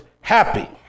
happy